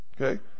Okay